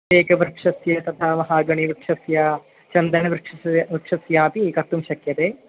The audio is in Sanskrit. तेकवृक्षस्य तथा महागणीवृक्षस्य चन्दनवृक्षस्य वृक्षस्यापि कर्तुं शक्यते